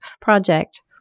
project